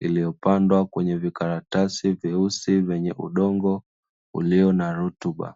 iliyopandwa kwenye vikaratasi vyeusi vyenye udongo ulio na rutuba.